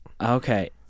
Okay